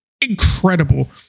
incredible